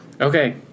Okay